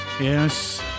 Yes